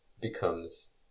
becomes